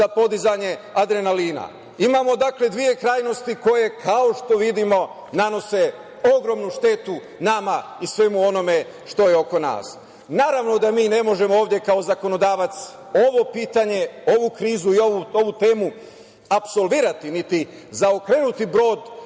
za podizanje adrenalina. Imamo dve krajnosti koje, kao što vidimo, nanose ogromnu štetu nama i svemu onome što je oko nas. Naravno da mi ne možemo ovde kao zakonodavac ovo pitanje, ovu krizu i ovu temu apsolvirati, niti zaokrenuti brod